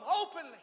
openly